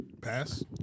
Pass